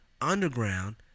underground